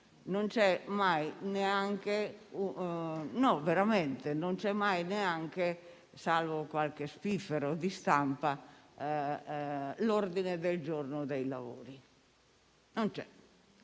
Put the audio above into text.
Non c'è mai neanche, salvo per qualche spiffero di stampa, l'ordine del giorno dei lavori. Non c'è,